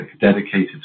dedicated